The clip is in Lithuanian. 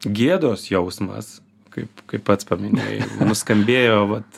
gėdos jausmas kaip pats paminėjai nuskambėjo vat